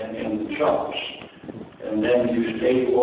and chops and then you say